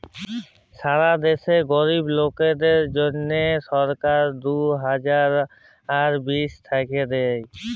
ছারা দ্যাশে গরীব লোকদের জ্যনহে সরকার দু হাজার বিশ থ্যাইকে দেই